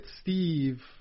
Steve